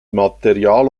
material